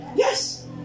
Yes